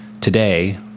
Today